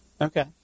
Okay